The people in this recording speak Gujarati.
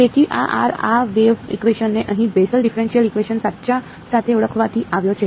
તેથી આ r આ વેવ ઇકવેશન ને અહીં બેસલ ડિફેરએંશીયલ ઇકવેશન સાચા સાથે ઓળખવાથી આવ્યો છે